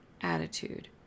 attitude